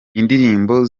indirimbo